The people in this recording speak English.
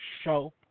show